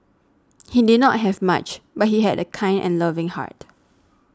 he did not have much but he had a kind and loving heart